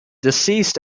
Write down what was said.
deceased